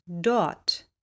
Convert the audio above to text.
dort